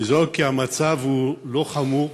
לזעוק, כי המצב הוא לא חמור,